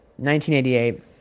1988